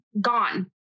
gone